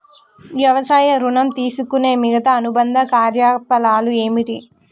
వ్యవసాయ ఋణం తీసుకునే మిగితా అనుబంధ కార్యకలాపాలు ఏమిటి?